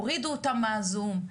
הורידו אתם לזום,